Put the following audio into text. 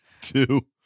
two